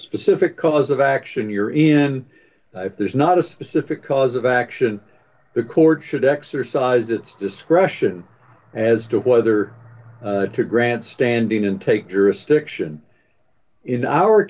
specific cause of action you're in if there's not a specific cause of action the court should exercise its discretion as to whether to grant standing and take jurisdiction in our